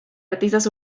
artistas